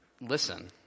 Listen